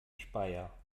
speyer